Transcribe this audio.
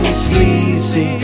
sleazy